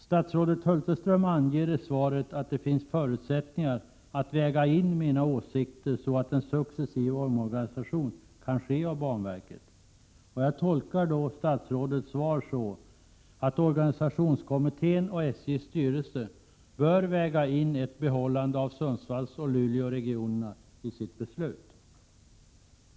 Statsrådet Hulterström anger i svaret att det finns förutsättningar att väga in mina åsikter, så att en successiv omorganisation av banverket kan ske. Jag tolkar statsrådets svar så, att organisationskommittén och SJ:s styrelse bör väga in ett behållande av Sundsvallsoch Luleåregionernaisitt beslut.